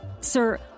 Sir